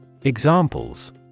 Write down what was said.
Examples